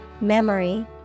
memory